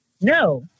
No